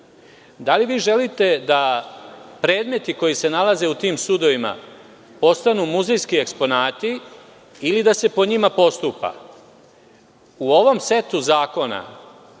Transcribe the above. da li vi želite da predmeti koji se nalaze u tim sudovima, postanu muzejski eksponati ili da se po njima postupa?U ovom setu zakona,